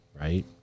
right